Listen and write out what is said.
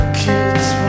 kids